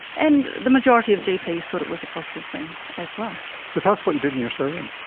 and the majority of gps thought it was a positive thing as well. so tell us what you did in your survey.